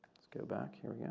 go back here. yeah